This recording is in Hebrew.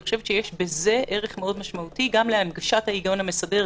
אני חושבת שבזה יש ערך מאוד משמעותי גם להנגשת ההיגיון המסדר,